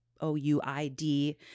O-U-I-D